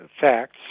facts